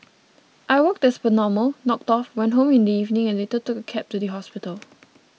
I worked as per normal knocked off went home in the evening and later took a cab to the hospital